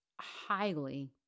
highly